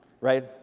Right